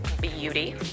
beauty